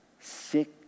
sick